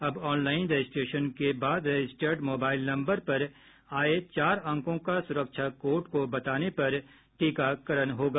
अब online registration के बाद रजिस्टर्ड मोबाइल नम्बर पर आये चार अंकों का सुरक्षा कोड को बताने पर टीकाकरण होगा